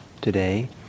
today